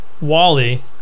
Wally